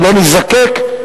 שלא ניזקק,